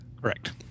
Correct